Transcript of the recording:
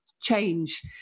change